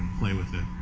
play with it,